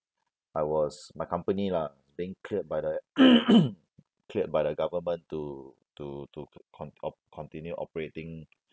I was my company lah being cleared by the cleared by the government to to to con~ op~ continue operating